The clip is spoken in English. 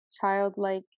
childlike